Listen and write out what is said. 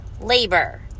labor